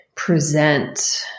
present